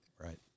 Right